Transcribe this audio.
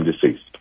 deceased